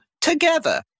together